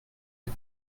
les